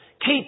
Keep